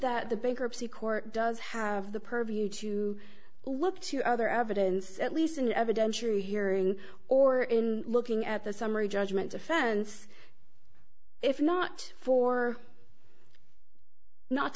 that the bankruptcy court does have the purview to look to other evidence at least an evidentiary hearing or in looking at the summary judgment offense if not for not